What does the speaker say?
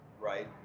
right